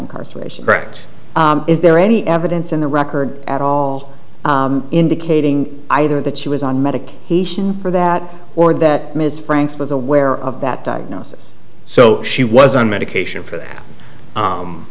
incarceration correct is there any evidence in the record at all indicating either that she was on medication for that or that ms franks was aware of that diagnosis so she was on medication for that